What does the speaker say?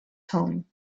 home